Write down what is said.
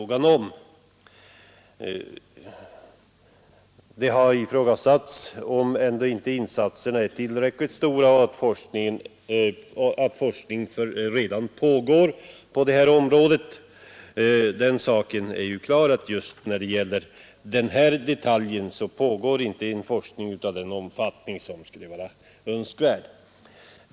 Det har ifrågasatts om ändå inte insatserna är tillräckligt stora, och man har framhållit att forskning redan pågår på detta område. Just i fråga om den här detaljen är det klart att det inte pågår någon forskning av den omfattning som skulle vara önskvärd.